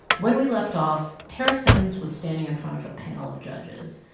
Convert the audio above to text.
when we left off, tarra simmons was standing in front of a panel of judges.